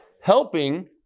helping